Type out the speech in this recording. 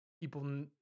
people